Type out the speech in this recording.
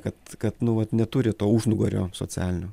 kad kad nu vat neturi to užnugario socialinio